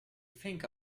think